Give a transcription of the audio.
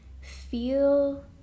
feel